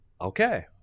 Okay